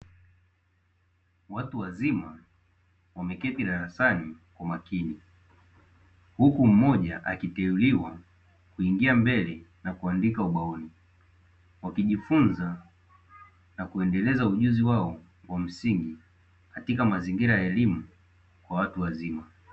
Watu wazima wameketi darasani kwa makini, huku mmoja akiteuliwa kuingia mbele na kuandika ubaoni, wakijifunza na kuendeleza ujuzi wao kwa msingi katika mazingira ya elimu kwa watu wazima.